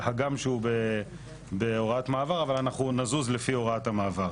שהוא בהוראת מעבר אבל אנחנו נזוז לפי הוראת המעבר.